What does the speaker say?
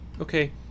Okay